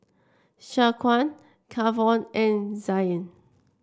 Shaquan Kavon and Zain